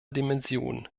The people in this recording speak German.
dimension